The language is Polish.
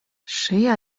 szyja